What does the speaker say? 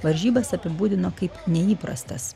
varžybas apibūdino kaip neįprastas